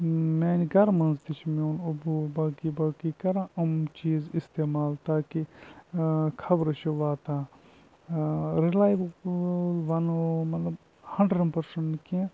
میٛانہِ گَرٕ منٛز تہِ چھِ میون اَبوٗ باقٕے باقٕے کَران یِم چیٖز استعمال تاکہِ خبرٕ چھِ واتان رِلایبٕل وَنو مطلب ہَنٛڈرنٛڈ پٔرسَںٛٹ نہٕ کینٛہہ